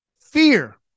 Fear